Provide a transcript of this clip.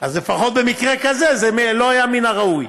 אז לפחות במקרה כזה זה לא היה מן הראוי.